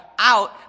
Out